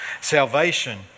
salvation